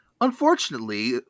Unfortunately